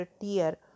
tier